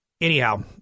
Anyhow